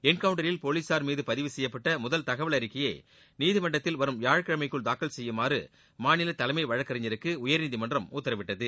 என்கவுன்டரில் போலீசார் மீது பதிவு செய்யப்பட்ட முதல் தகவல் அறிக்கையை நீதிமன்றத்தில் வரும் வியாழக்கிழமைக்குள் தாக்கல் செய்யுமாறு மாநில தலைமை வழக்கறிஞருக்கு உயர்நீதிமன்றம் உத்தரவிட்டது